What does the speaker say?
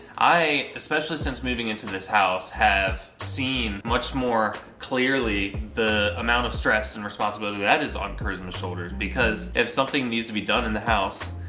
i, especially since moving into this house, i have seen much more clearly the amount of stress and responsibility that is on charisma's shoulders because if something needs to be done in the house,